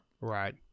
Right